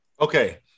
okay